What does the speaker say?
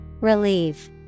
Relieve